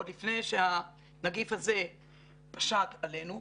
עוד לפני שהנגיף הזה פשט עלינו,